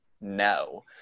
no